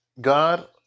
God